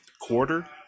quarter